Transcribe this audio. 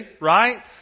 right